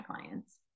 clients